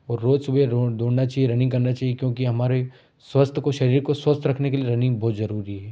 रोज सुबह दौड़ दौड़ना चाहिए रनिंग करना चाहिए क्योंकि हमारे स्वस्थ को शरीर को स्वस्थ रखने के लिए रनिंग बहुत जरूरी है